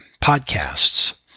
podcasts